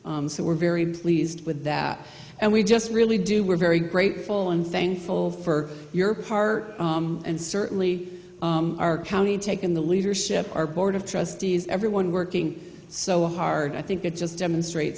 so we're very pleased with that and we just really do we're very grateful and thankful for your part and certainly our county taken the leadership our board of trustees everyone working so hard i think it just demonstrate